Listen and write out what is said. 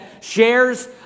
shares